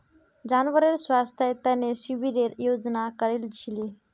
जानवरेर स्वास्थ्येर तने शिविरेर आयोजन करील छिले